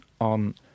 on